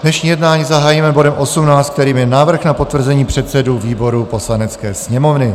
Dnešní jednání zahájíme bodem 18, kterým je Návrh na potvrzení předsedů výborů Poslanecké sněmovny.